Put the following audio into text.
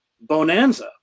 bonanza